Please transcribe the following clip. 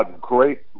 great